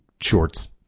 shorts